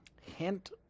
Hint